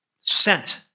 Sent